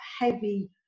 heavy